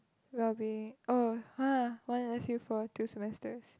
will be oh !huh! one S_U for two semesters